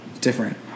Different